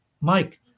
Mike